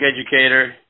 educator